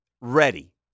ready